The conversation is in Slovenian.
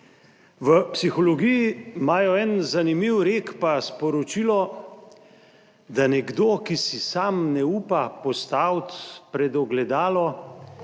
V psihologiji imajo en zanimiv rek pa sporočilo, da nekdo, ki si sam ne upa postaviti pred ogledalo,